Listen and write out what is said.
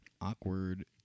awkward